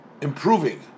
improving